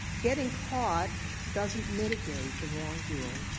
getting caught doesn't mitigate the wrongdoing.